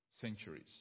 centuries